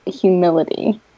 humility